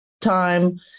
time